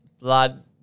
blood